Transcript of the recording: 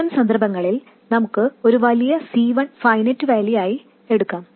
അത്തരം സന്ദർഭങ്ങളിൽ നമുക്ക് വലിയ ഒരു C1 ഫൈനൈറ്റ് വാല്യൂ ആയി എടുക്കാം